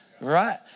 Right